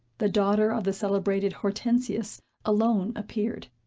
the daughter of the celebrated hortensius alone appeared.